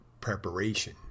preparation